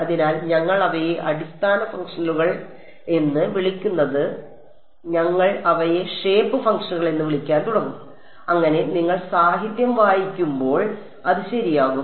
അതിനാൽ ഞങ്ങൾ അവയെ അടിസ്ഥാന ഫംഗ്ഷനുകൾ എന്ന് വിളിക്കുന്നത് നിർത്തും ഞങ്ങൾ അവയെ ഷേപ്പ് ഫംഗ്ഷനുകൾ എന്ന് വിളിക്കാൻ തുടങ്ങും അങ്ങനെ നിങ്ങൾ സാഹിത്യം വായിക്കുമ്പോൾ അത് ശരിയാകും